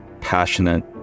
passionate